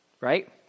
right